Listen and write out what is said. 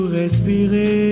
respirer